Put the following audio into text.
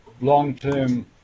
long-term